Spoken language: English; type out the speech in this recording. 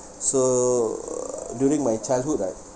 so uh during my childhood right